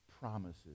promises